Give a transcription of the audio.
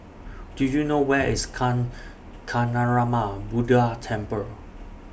Do YOU know Where IS Kancanarama Buddha Temple